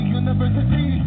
university